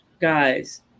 guys